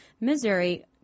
Missouri